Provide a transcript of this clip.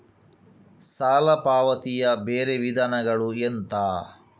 ಸಾಲ ಮರುಪಾವತಿಯ ಬೇರೆ ವಿಧಾನಗಳು ಎಂತ?